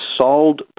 sold